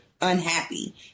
unhappy